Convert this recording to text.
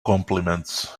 compliments